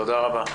תודה רבה,